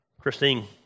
Christine